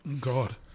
God